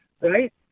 right